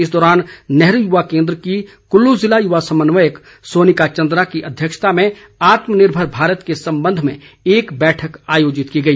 इस दौरान नेहरू युवा केन्द्र की कुल्लू जिला युवा समन्वयक सोनिका चन्द्रा की अध्यक्षता में आत्मनिर्भर भारत के संबंध में एक बैठक आयोजित की गई